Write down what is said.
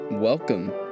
Welcome